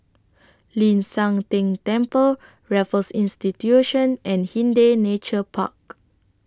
Ling San Teng Temple Raffles Institution and Hindhede Nature Park